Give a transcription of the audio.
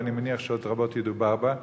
ואני מניח שעוד רבות ידובר בה.